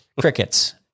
crickets